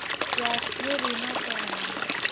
स्वास्थ्य बीमा क्या है?